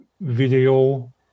video